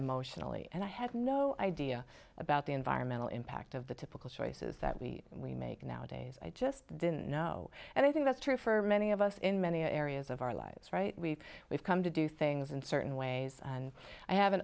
emotionally and i had no idea about the environmental impact of the typical choices that we we make nowadays i just didn't know and i think that's true for many of us in many areas of our lives we we've come to do things in certain ways and i have an